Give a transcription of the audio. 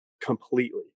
completely